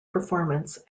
performance